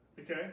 Okay